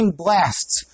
blasts